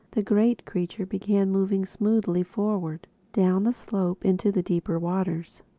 the great creature began moving smoothly forward, down the slope into the deeper waters.